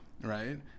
Right